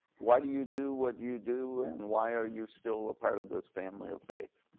why do you do what you do and why are you still a part of this family of faith?